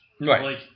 Right